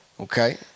Okay